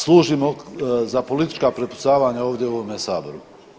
Služimo za politička prepucavanja ovdje u ovome saboru.